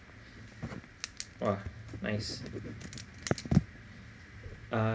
!wah! nice uh